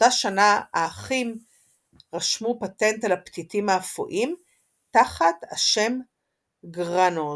באותה שנה האחים רשמו פטנט על הפתיתים האפויים תחת השם "גראנוז".